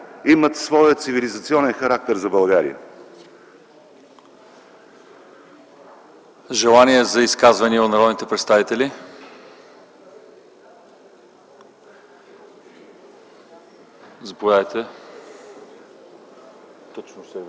имат своя цивилизационен характер за България.